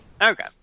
Okay